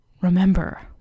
remember